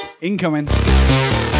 Incoming